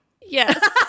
Yes